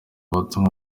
butumwa